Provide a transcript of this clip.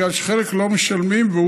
כי חלק לא משלמים,